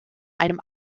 einem